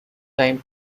time